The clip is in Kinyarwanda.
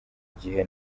gihe